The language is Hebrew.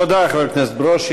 תודה, חבר הכנסת ברושי.